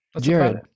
Jared